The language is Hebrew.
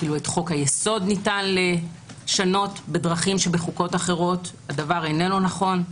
אפילו את חוק היסוד ניתן לשנות בדרכים שבחוקות אחרות הדבר אינו נכון.